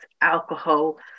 alcohol